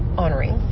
honoring